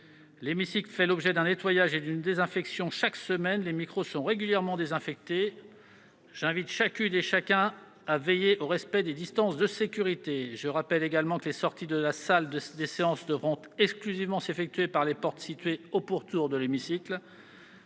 L'hémicycle fait l'objet d'un nettoyage et d'une désinfection chaque semaine ; les micros sont régulièrement désinfectés. J'invite chacune et chacun d'entre vous à veiller au respect des distances de sécurité. Je rappelle également que les sorties de la salle des séances devront exclusivement s'effectuer par les portes situées au pourtour de l'hémicycle.